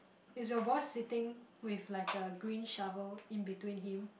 is your boss sitting with like a green shovel in between him